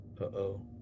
Uh-oh